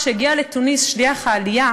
כשהגיע לתוניס שליח העלייה,